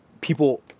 people